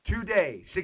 today